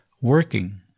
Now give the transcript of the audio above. working